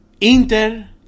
Inter